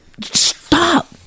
stop